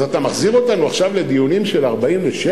אז אתה מחזיר אותנו עכשיו לדיונים של 1947?